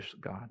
God